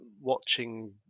watching